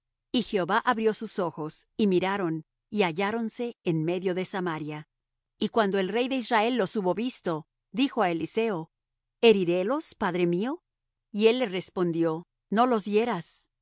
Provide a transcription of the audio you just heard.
y jehová abrió sus ojos y miraron y halláronse en medio de samaria y cuando el rey de israel los hubo visto dijo á eliseo herirélos padre mío y él le respondió no los hieras herirías tú á